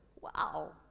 Wow